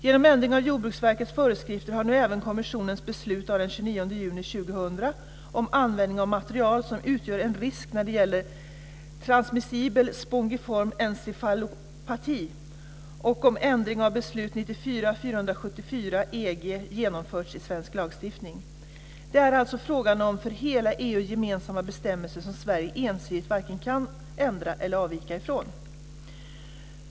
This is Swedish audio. Genom ändring av Jordbruksverkets föreskrifter har nu även kommissionens beslut av den 29 juni 2000 om användning av material som utgör en risk när det gäller transmissibel spongiform encefalopati och om ändring av beslut 94 EG genomförts i svensk lagstiftning. Det är alltså fråga om för hela EU gemensamma bestämmelser som Sverige ensidigt varken kan ändra eller avvika ifrån.